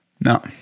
no